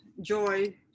joy